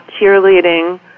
cheerleading